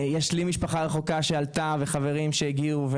יש לי משפחה רחוקה שעלתה, וחברים שהגיעו.